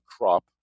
crop